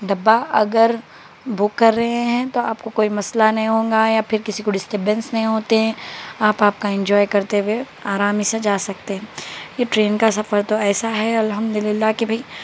ڈبا اگر بک کر رہے ہیں تو آپ کو کوئی مسئلہ نہیں ہوگا یا پھر کسی ڈسٹربینس نہیں ہوتے ہیں آپ آپ کا انجوائے کرتے ہوئے آرام سے جا سکتے ہیں یہ ٹرین کا سفر تو ایسا ہے الحمد للہ کہ بھائی